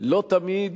לא תמיד,